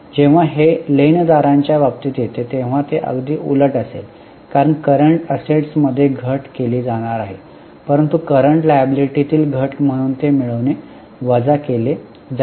जेव्हा हे लेन दारांच्या बाबतीत येते तेव्हा ते अगदी उलट असेल कारण करंट असेट्स मध्ये घट केली जाणार आहे परंतु करंट लायबिलिटीतील घट म्हणून ते मिळवून वजा केले जाईल